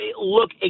look